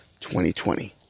2020